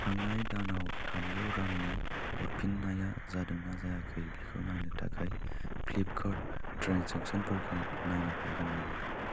थांनाय दानाव थामजौ रांनि हरफिन्नाया जादोंना जायाखै बेखौ नायनो थाखाय फ्लिपकार्ट ट्रेन्जेकसनफोरखौ नायनो हागोन नामा